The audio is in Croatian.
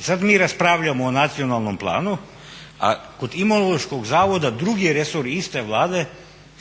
I sada mi raspravljamo o nacionalnom planu a kod imunološkog zavoda drugi je resor iste Vlade s njima